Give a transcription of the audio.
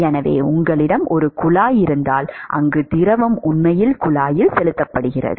எனவே உங்களிடம் ஒரு குழாய் இருந்தால் அங்கு திரவம் உண்மையில் குழாயில் செலுத்தப்படுகிறது